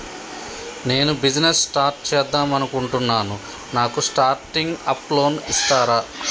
నేను business start చేద్దామనుకుంటున్నాను నాకు స్టార్టింగ్ అప్ లోన్ ఇస్తారా?